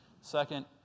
Second